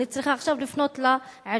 אני צריכה עכשיו לפנות לעירייה.